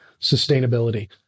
sustainability